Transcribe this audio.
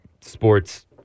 sports